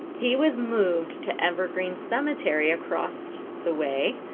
he was moved to evergreen cemetery across the way